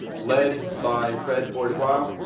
led by fred bourgeois.